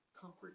comfort